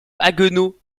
haguenau